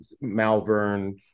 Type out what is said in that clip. Malvern